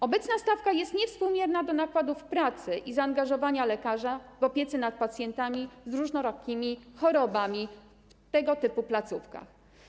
Obecna stawka jest niewspółmierna do nakładów pracy i zaangażowania lekarzy związanych z opieką nad pacjentami z różnorakimi chorobami w tego typu placówkach.